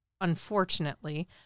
unfortunately